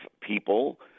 people